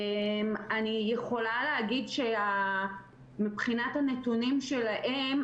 אני יכולה להגיד שמבחינת הנתונים שלהם,